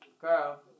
Girl